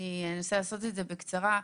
אני אנסה לעשות את זה בקצרה.